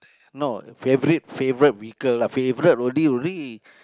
no favourite favourite vehicle lah favourite already re~